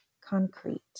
concrete